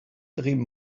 dream